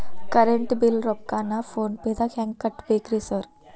Current bill ರೊಕ್ಕಾನ phone ಪೇದಾಗ ಹೆಂಗ್ ಕಟ್ಟಬೇಕ್ರಿ ಸರ್?